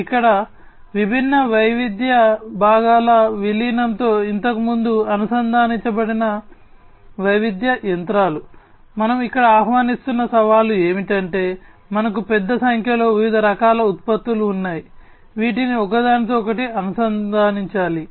ఇక్కడ విభిన్న వైవిధ్య భాగాల విలీనంతో ఇంతకుముందు అనుసంధానించబడని వైవిధ్య యంత్రాలు మనం ఇక్కడ ఆహ్వానిస్తున్న సవాలు ఏమిటంటే మనకు పెద్ద సంఖ్యలో వివిధ రకాల ఉత్పత్తులు ఉన్నాయి వీటిని ఒకదానితో ఒకటి అనుసంధానించాలి